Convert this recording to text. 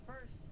first